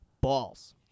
balls